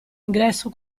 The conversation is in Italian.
ingresso